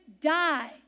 die